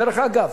דרך אגב,